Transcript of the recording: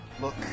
Look